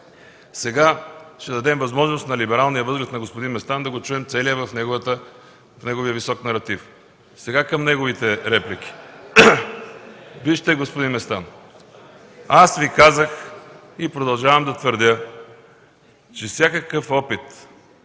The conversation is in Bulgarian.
Сега ще дадем възможност на либералния възглед на господин Местан да го чуем целия в неговия висок наратив. Сега към неговите реплики. Господин Местан, аз Ви казах и продължавам да твърдя, че всякакъв опит